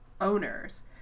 owners